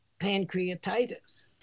pancreatitis